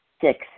Six